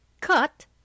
cut